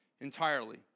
entirely